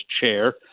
chair